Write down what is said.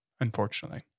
unfortunately